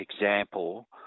example